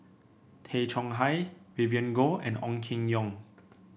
Tay Chong Hai Vivien Goh and Ong Keng Yong